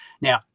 Now